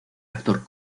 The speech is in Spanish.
actor